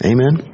Amen